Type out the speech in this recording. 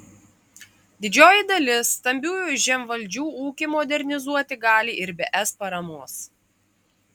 didžioji dalis stambiųjų žemvaldžių ūkį modernizuoti gali ir be es paramos